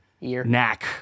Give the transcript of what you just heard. knack